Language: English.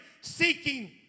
seeking